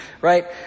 Right